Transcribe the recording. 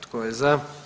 Tko je za?